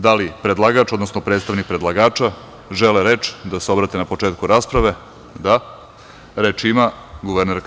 Da li predlagač, odnosno predstavnik predlagača želi reč, da se obrati na početku rasprave? (Da.) Reč ima guvernerka.